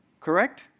correct